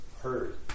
heard